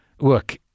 Look